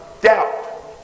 doubt